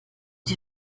dir